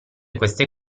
queste